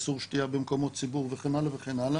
איסור שתיה במקומות ציבור וכן הלאה,